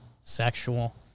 sexual